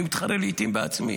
אני מתחרה לעיתים בעצמי.